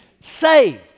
saved